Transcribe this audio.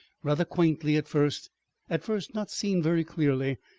rather quaintly at first at first not seen very clearly,